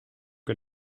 que